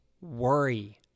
worry